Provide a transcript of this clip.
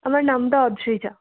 আমার নামটা অদ্রিজা